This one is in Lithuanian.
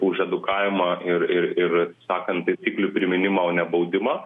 už edukavimą ir ir ir sakant taisyklių priminimą o ne baudimą